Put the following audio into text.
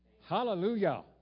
Hallelujah